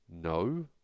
no